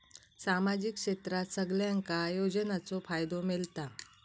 सामाजिक क्षेत्रात सगल्यांका योजनाचो फायदो मेलता?